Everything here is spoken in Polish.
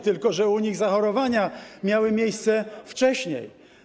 Tylko że u nich zachorowania miały miejsce wcześniej.